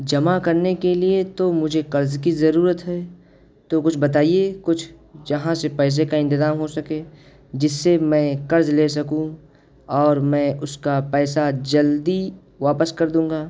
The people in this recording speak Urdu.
جمع کرنے کے لیے تو مجھے قرض کی ضرورت ہے تو کچھ بتائیے کچھ جہاں سے پیسے کا انتظام ہو سکے جس سے میں قرض لے سکوں اور میں اس کا پیسہ جلدی واپس کر دوں گا